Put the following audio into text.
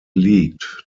liegt